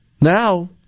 Now